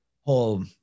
whole